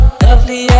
lovely